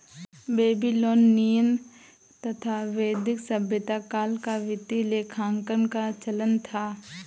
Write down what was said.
Babylonian तथा वैदिक सभ्यता काल में वित्तीय लेखांकन का चलन था